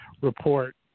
report